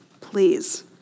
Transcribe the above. please